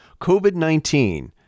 COVID-19